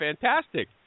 fantastic